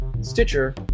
Stitcher